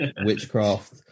witchcraft